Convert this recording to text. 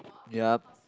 yup